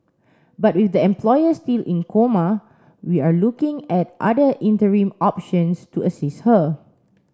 but with the employer still in coma we are looking at other interim options to assist her